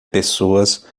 pessoas